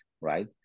right